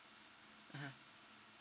mmhmm